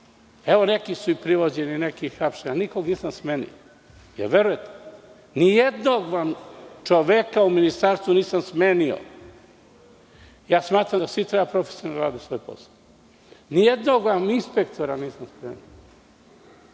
Neki su i privođeni, neki hapšeni, ali nikog nisam smenio. Da li verujete? Nijednog vam čoveka u ministarstvu nisam smenio. Smatram da svi treba da profesionalno rade svoj posao. Nijednog vam inspektora nisam smenio.